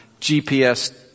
GPS